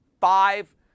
Five